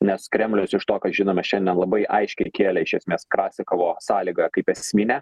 nes kremlius iš to ką žinome šiandien labai aiškiai įkėlė iš esmės krasikovo sąlygą kaip esminę